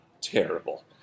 Terrible